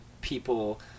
people